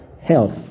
Health